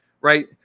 right